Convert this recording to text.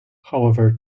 however